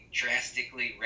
drastically